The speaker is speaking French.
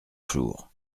flour